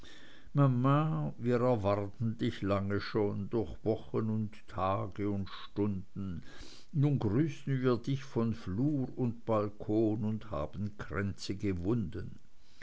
wir erwarten dich lange schon durch wochen und tage und stunden nun grüßen wir dich von flur und balkon und haben kränze gewunden